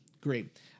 Great